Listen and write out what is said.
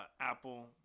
Apple